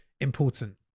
important